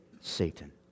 Satan